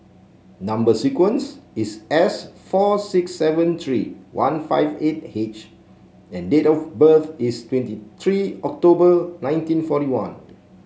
number sequence is S four six seven three one five eight H and date of birth is twenty three October nineteen forty one